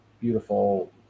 beautiful